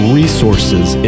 resources